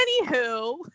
anywho